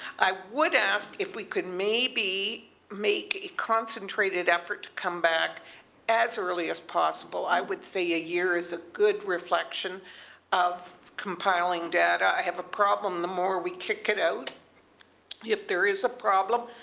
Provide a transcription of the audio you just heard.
i would ask if we could maybe make a concentrated effort to come back as early as possible. i would say a year is a good reflection of compiling data. i have a problem the more we kick it out if there is a problem,